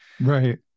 Right